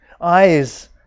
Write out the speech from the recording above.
Eyes